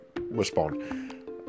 respond